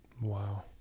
Wow